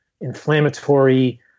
inflammatory